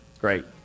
Great